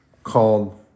called